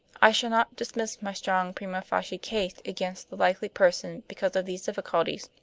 i should not dismiss my strong prima facie case against the likely person because of these difficulties.